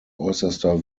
äußerster